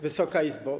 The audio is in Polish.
Wysoka Izbo!